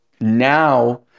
now